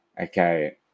Okay